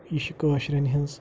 یہِ چھِ کٲشرٮ۪ن ہِنٛز